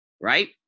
right